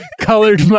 colored